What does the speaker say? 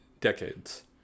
decades